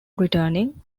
returning